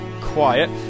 quiet